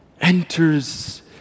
enters